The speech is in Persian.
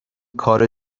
کار